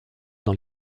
dans